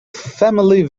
family